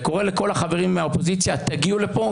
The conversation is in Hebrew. וקורא לכל החברים מהאופוזיציה: תגיעו לפה,